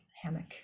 hammock